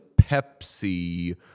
Pepsi